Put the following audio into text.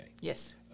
Yes